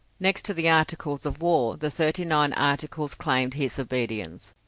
next to the articles of war, the thirty-nine articles claimed his obedience.